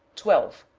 twelve.